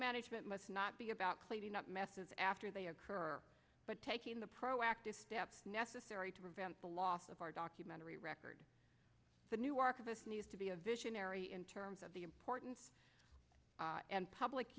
management must not be about cleaning up messes after they occur but taking the proactive steps necessary to prevent the loss of our documentary record the new archivist needs to be a visionary in terms of the importance and public